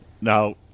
Now